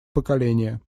поколение